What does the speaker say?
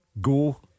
go